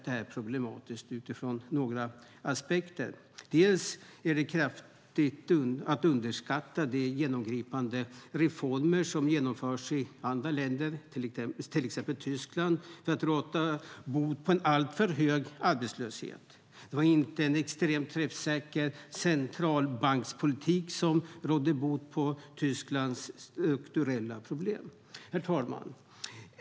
Det är problematiskt utifrån några aspekter; bland annat är det att kraftigt underskatta de genomgripande reformer som genomförs i andra länder - till exempel Tyskland - för att råda bot på en alltför hög arbetslöshet. Det var inte en extremt träffsäker centralbankspolitik som rådde bot på Tysklands strukturella problem. Herr talman!